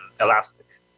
elastic